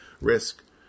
risk